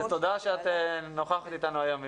ותודה שאת נוכחת איתנו היום,